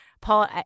Paul